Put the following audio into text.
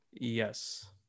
Yes